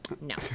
No